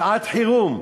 שעת חירום.